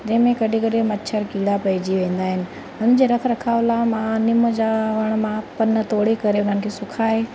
जंहिं में कॾहिं कॾहिं मछर कीड़ा पइजी वेंदा आहिनि हुनजे रख रखाव लाइ मां निम जा वण मां पन तोड़े करे उन्हनि खे सुकाए